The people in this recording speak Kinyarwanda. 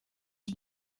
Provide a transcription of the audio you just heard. iki